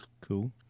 cool